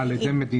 אה, על עדי מדינה.